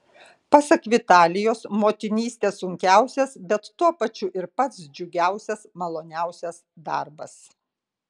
pasak vitalijos motinystė sunkiausias bet tuo pačiu ir pats džiugiausias maloniausias darbas